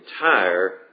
entire